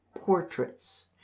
portraits